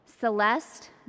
Celeste